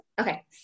Okay